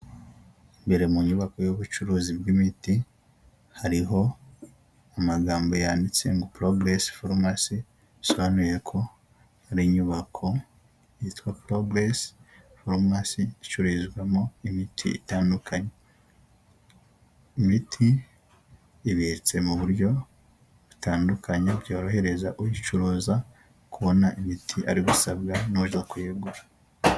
Imbere mu nyubako y'ubucuruzi bw'imiti hariho amagambo yanditse ngo porogeresi foromasi isobanuye ko ari inyubako yitwa porogeresi foromasi icururizwamo imiti, imiti ibitse mu buryo butandukanye byorohereza uyicuruza kubona imiti arigusabwa n'uje kuyigura.